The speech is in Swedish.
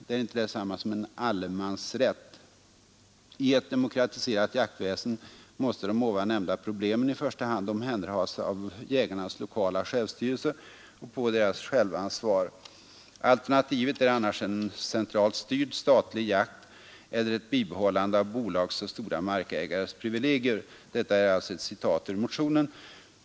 Det är inte detsamma som en allemansrätt . I ett demokratiserat jaktväsen måste de ovan nämnda problemen i första hand omhänderhas av jägarnas lokala självstyrelse och på deras självansvar. Alternativen är annars en centralt styrd, statlig jakt eller ett bibehållande av bolags och stora markägares privilegier.” Detta var alltså ett citat ur motionen.